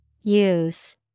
Use